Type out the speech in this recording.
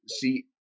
see –